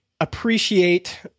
appreciate